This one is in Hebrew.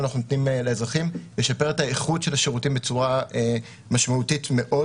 נותנים לאזרחים לשפר את האיכות של השירותים בצורה משמעותית מאוד: